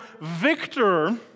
victor